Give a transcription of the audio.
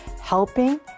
helping